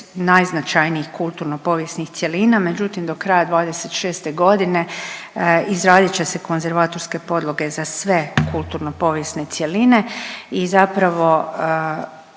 najznačajnijih kulturno povijesnih cjelina, međutim do kraja '26.g. izradit će se konzervatorske podloge za sve kulturno povijesne cjeline i zapravo